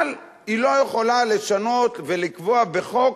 אבל היא לא יכולה לשנות ולקבוע בחוק